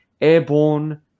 airborne